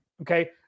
Okay